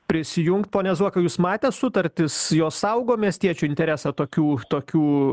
prisijungt pone zuokai jūs matėt sutartis jos saugo miestiečių interesą tokių tokių